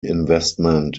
investment